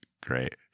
great